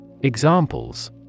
Examples